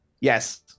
Yes